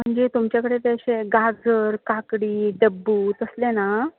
म्हणजे तुमच्यां कडेन ते अशें गाजर काकडी डब्बू तसलें ना